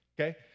Okay